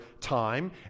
time